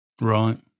Right